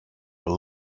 were